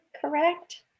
correct